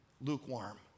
lukewarm